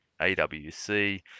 AWC